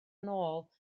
nôl